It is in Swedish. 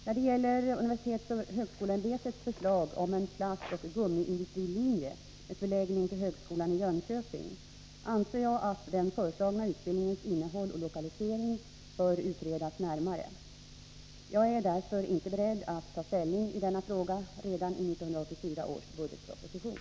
När det gäller universitetsoch högskoleämbetets förslag om en plastoch gummiindustrilinje, med förläggning till högskolan i Jönköping, anser jag att den föreslagna utbildningens innehåll och lokalisering bör utredas närmare. Jag är därför inte beredd att ta ställning i denna fråga redan i 1984 års budgetproposition.